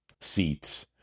seats